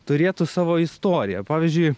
turėtų savo istoriją pavyzdžiui